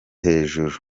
hejuru